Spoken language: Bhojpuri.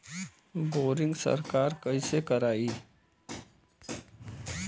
बोरिंग सरकार कईसे करायी?